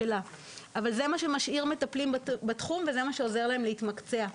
זה מה שמשאיר מטפלים בתחום וזה מה שעוזר להם להתמקצע.